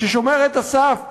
כששומרת הסף,